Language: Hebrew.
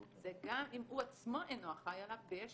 זה גם אם הוא עצמו אינו אחראי עליו ויש